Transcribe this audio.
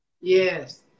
yes